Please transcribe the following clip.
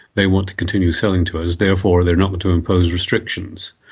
they want to continue selling to us, therefore they are not to impose restrictions.